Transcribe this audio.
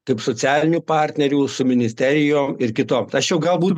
kaip socialinių partnerių su ministerijom ir kitom tačiau galbūt